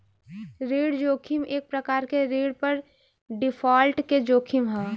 ऋण जोखिम एक प्रकार के ऋण पर डिफॉल्ट के जोखिम ह